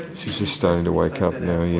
she's just starting to wake up now, yes.